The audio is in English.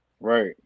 right